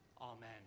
Amen